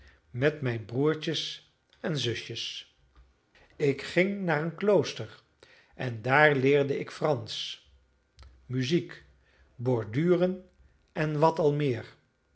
met mijne broertjes en zusjes ik ging naar een klooster en daar leerde ik fransch muziek borduren en wat al meer